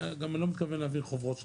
אני לא מתכוון להעביר חוברות שלמות,